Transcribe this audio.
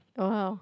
oh how